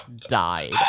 died